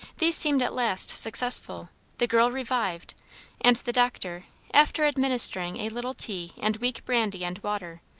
these seemed at last successful the girl revived and the doctor, after administering a little tea and weak brandy and water,